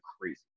crazy